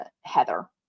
Heather